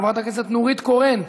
חברת הכנסת נורית קורן,